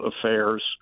affairs